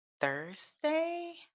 Thursday